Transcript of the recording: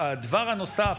הדבר הנוסף,